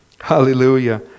Hallelujah